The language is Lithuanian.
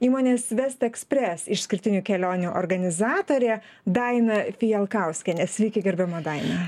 įmonės vest ekspres išskirtinių kelionių organizatorė daina fijalkauskienė sveiki gerbiama daina